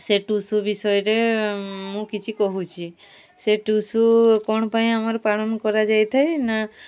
ସେ ଟୁସୁ ବିଷୟରେ ମୁଁ କିଛି କହୁଛି ସେ ଟୁସୁ କ'ଣ ପାଇଁ ଆମର ପାଳନ କରାଯାଇଥାଏ ନା